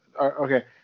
Okay